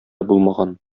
булмаган